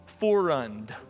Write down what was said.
forerunned